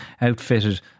outfitted